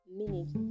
minutes